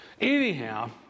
Anyhow